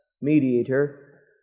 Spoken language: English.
mediator